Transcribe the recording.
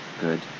good